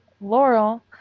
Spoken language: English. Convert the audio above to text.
Laurel